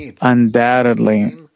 Undoubtedly